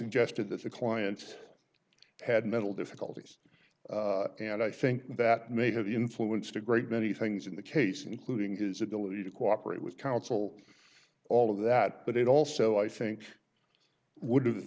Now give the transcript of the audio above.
suggested that the client had mental difficulties and i think that may have influenced a great many things in the case including his ability to cooperate with counsel all of that but it also i think would